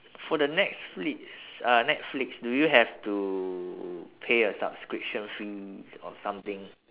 for the netflix uh netflix do you have to pay a subscription fees or something